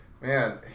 Man